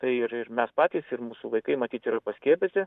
tai ir ir mes patys ir mūsų vaikai matyt yra paskiepyti